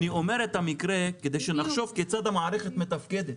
אני אומר את המקרה כדי שנחשוב כיצד המערכת מתפקדת.